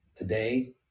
Today